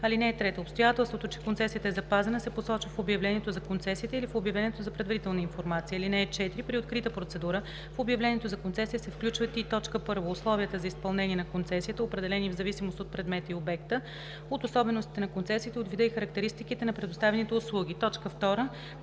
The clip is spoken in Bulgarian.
на концесията. (3) Обстоятелството, че концесията е запазена се посочва в обявлението за концесията или в обявлението за предварителна информация. (4) При открита процедура в обявлението за концесия се включват и: 1. условията за изпълнение на концесията, определени в зависимост от предмета и обекта, от особеностите на концесията и от вида и характеристиките на предоставяните услуги; 2.